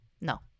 no